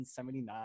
1979